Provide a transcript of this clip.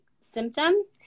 symptoms